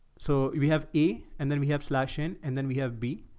so we have e and then we have slash in, and then we have b.